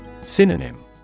Synonym